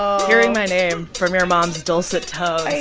um hearing my name from your mom's dulcet tones. i